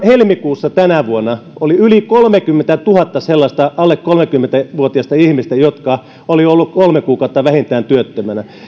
helmikuussa tänä vuonna yli kolmekymmentätuhatta sellaista alle kolmekymmentä vuotiasta ihmistä jotka olivat olleet vähintään kolme kuukautta työttömänä